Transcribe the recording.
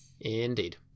Indeed